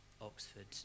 Oxford